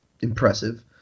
impressive